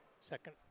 Second